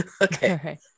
okay